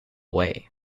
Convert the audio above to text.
way